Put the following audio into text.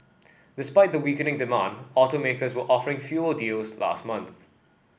despite the weakening demand automakers were offering fewer deals last month